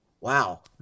Wow